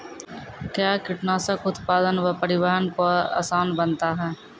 कया कीटनासक उत्पादन व परिवहन को आसान बनता हैं?